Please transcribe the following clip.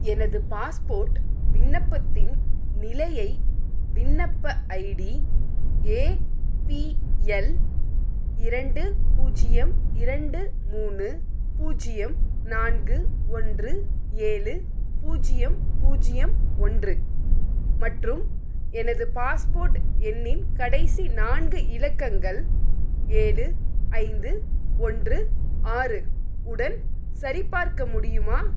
எனது பாஸ்போர்ட் விண்ணப்பத்தின் நிலையை விண்ணப்ப ஐடி ஏபிஎல் இரண்டு பூஜ்ஜியம் இரண்டு மூணு பூஜ்ஜியம் நான்கு ஒன்று ஏழு பூஜ்ஜியம் பூஜ்ஜியம் ஒன்று மற்றும் எனது பாஸ்போர்ட் எண்ணின் கடைசி நான்கு இலக்கங்கள் ஏழு ஐந்து ஒன்று ஆறு உடன் சரிபார்க்க முடியுமா